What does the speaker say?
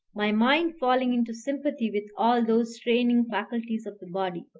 my mind falling into sympathy with all those straining faculties of the body,